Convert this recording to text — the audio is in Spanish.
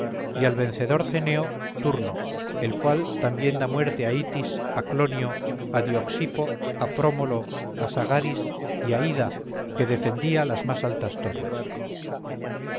y al vencedor ceneo turno el cual también da muerte a itis a clonio a dioxippo a prómolo a sagaris y a ida que defendía las más altas torres